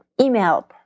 email